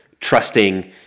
trusting